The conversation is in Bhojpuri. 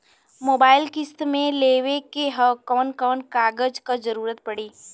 मोबाइल किस्त मे लेवे के ह कवन कवन कागज क जरुरत पड़ी?